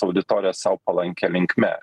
auditoriją sau palankia linkme